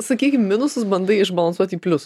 sakykim minusus bandai išbalansuot į pliusus